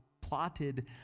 plotted